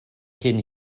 cyn